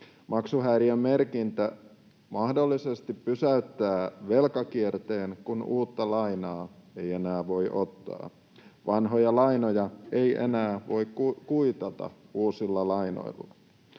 Maksuhäiriömerkintä mahdollisesti pysäyttää velkakierteen, kun uutta lainaa ei enää voi ottaa. Vanhoja lainoja ei enää voi kuitata uusilla lainoilla.